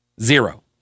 Zero